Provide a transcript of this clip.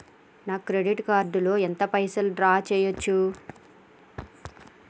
నా credit card లో ఎంత పైసల్ డ్రా చేయచ్చు?